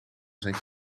zijn